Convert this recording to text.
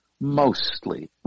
mostly